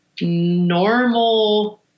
normal